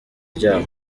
ryawo